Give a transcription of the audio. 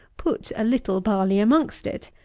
put a little barley amongst it,